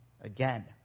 Again